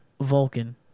Vulcan